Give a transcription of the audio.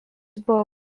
buvo